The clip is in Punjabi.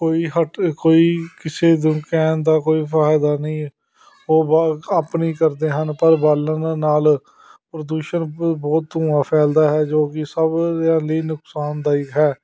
ਕੋਈ ਹੱਟ ਕੋਈ ਕਿਸੇ ਨੂੰ ਕਹਿਣ ਦਾ ਕੋਈ ਫਾਇਦਾ ਨਹੀਂ ਉਹ ਬ ਆਪਣੀ ਕਰਦੇ ਹਨ ਪਰ ਬਾਲਣ ਨਾਲ਼ ਪ੍ਰਦੂਸ਼ਣ ਅਤੇ ਬਹੁਤ ਧੂੰਆ ਫੈਲਦਾ ਹੈ ਜੋ ਕਿ ਸਭ ਦਿਆਂ ਲਈ ਨੁਕਸਾਨਦਾਇਕ ਹੈ